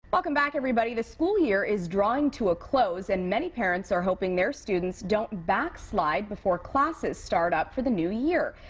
welcome back. the school year is drawing to a close and many parents are hoping their students don't back slide before classes start up for the new year.